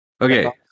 Okay